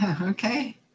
Okay